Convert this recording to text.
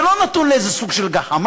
זה לא נתון לאיזה סוג של גחמה,